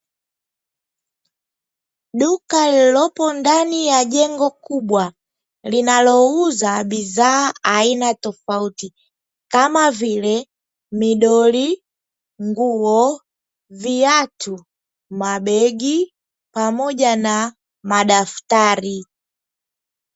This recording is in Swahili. Duka lililopo ndani ya jengo kubwa linalouza bidhaa aina tofauti kama vile: midoli, nguo, viatu, mabegi pamoja na madaftari.